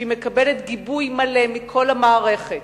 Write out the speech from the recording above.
שהיא מקבלת גיבוי מלא מכל המערכת,